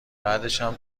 بعدشم